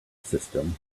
system